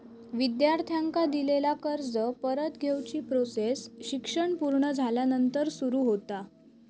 विद्यार्थ्यांका दिलेला कर्ज परत घेवची प्रोसेस शिक्षण पुर्ण झाल्यानंतर सुरू होता